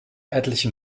etlichen